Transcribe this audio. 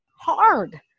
hard